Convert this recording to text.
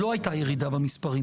לא הייתה ירידה במספרים.